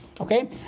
okay